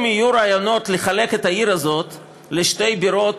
אם יהיו רעיונות לחלק את העיר הזאת לשתי בירות,